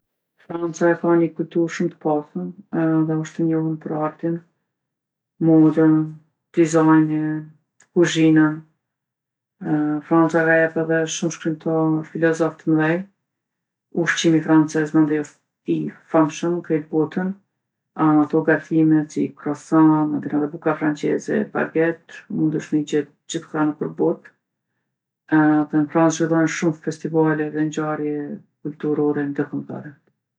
France a ka ni kulturë shumë t'pasun edhe osht e njohun për artin, modën, dizajnin, kuzhinën. Franca ka jep edhe shumë shkrimtarë, filozofë t'mdhej. Ushqimi francez mandej osht i famshëm n'krejt botën. Ato gatimet, si kroson mandej edhe buka françeze baget, mundesh mi gjetë gjithkah nëpër botë. Edhe n'Francë zhvillohen shumë festivale dhe ngjarje kulturore ndërkombtare.